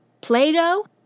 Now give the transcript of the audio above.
Play-Doh